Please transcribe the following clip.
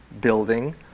building